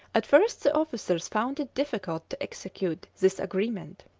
at first the officers found it difficult to execute this agreement,